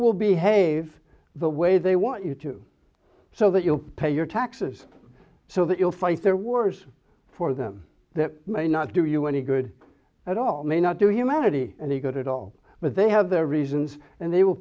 will behave the way they want you to so that you pay your taxes so that you'll fight their wars for them that may not do you any good at all may not do humanity and the good at all but they have their reasons and they will